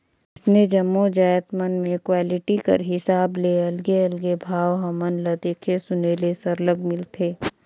अइसने जम्मो जाएत मन में क्वालिटी कर हिसाब ले अलगे अलगे भाव हमन ल देखे सुने ले सरलग मिलथे